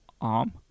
Arm